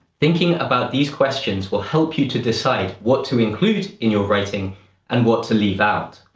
thinking about these questions will help you to decide what to include in your writing and what to leave out.